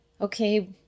okay